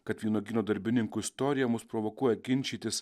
kad vynuogyno darbininkų istorija mus provokuoja ginčytis